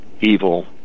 evil